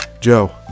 Joe